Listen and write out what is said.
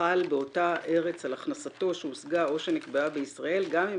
שחל באותה ארץ על הכנסתו שהושגה או שנקבעה בישראל גם אם